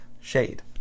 Shade